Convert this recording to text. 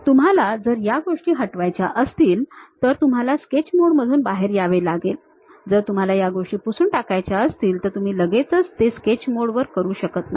तुम्हाला जर या गोष्टी हटवायच्या असतील तर तुम्हाला स्केच मोडमधून बाहेर यावे लागेल जर तुम्हाला या गोष्टी पुसून टाकायच्या असतील तर तुम्ही लगेचच ते स्केच मोडवर करू शकत नाही